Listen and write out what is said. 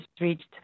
reached